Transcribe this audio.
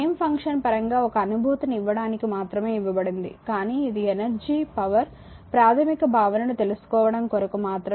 time function పరంగా ఒక అనుభూతిని ఇవ్వడానికి మాత్రమే ఇవ్వబడింది కానీ ఇది ఎనర్జీ పవర్ ప్రాథమిక భావనను తెలుసుకోవడం కొరకు మాత్రమే